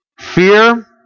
fear